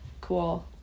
cool